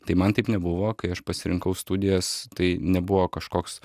tai man taip nebuvo kai aš pasirinkau studijas tai nebuvo kažkoks